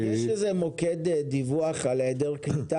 יש איזה מוקד דיווח על העדר קליטה?